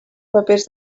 papers